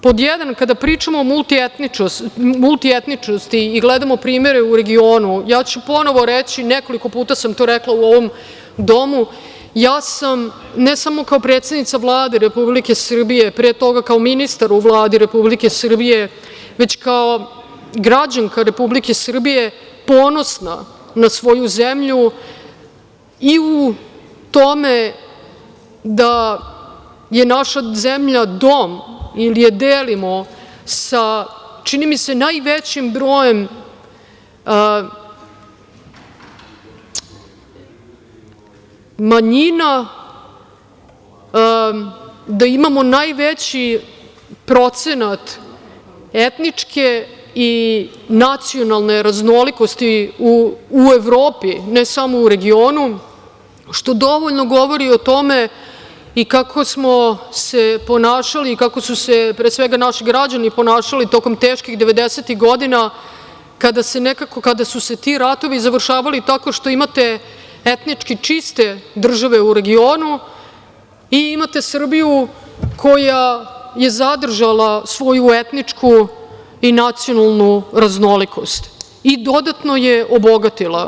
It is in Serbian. Pod jedan, kada pričamo o multietničnosti i gledamo primere u regionu, ja ću ponovo reći, nekoliko puta sam to rekla u ovom Domu, ja sam, ne samo kao predsednica Vlade Srbije pre toga kao ministar u Vladi Republike Srbije, već kao građanka Republike Srbije ponosna na svoju zemlju i u tome da je naša zemlja dom ili je delimo sa, čini mi se, najvećim brojem manjina, da imamo najveći procenat etničke i nacionalne raznolikosti u Evropi, ne samo u regionu, što dovoljno govori o tome i kako smo se ponašali i kako su se naši građani ponašali tokom teških 90-ih godina, kada su se ti ratovi završavali tako što imate etnički čiste države u regionu i imate Srbiju koja je zadržala svoju etničku i nacionalnu raznolikost i dodatno je obogatila.